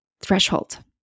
threshold